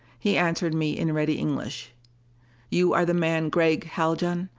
he answered me in ready english you are the man gregg haljan?